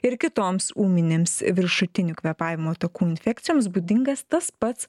ir kitoms ūminėms viršutinių kvėpavimo takų infekcijoms būdingas tas pats